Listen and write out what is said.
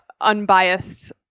unbiased